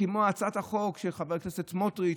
כמו הצעת החוק של חבר הכנסת סמוטריץ',